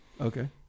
Okay